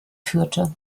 führte